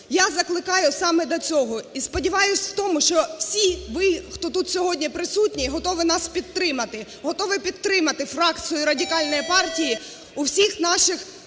Я закликаю саме до цього і сподіваюсь в тому, що всі ви, хто тут сьогодні присутній, готові нас підтримати. Готові підтримати фракцію Радикальної партії у всіх наших побажаннях.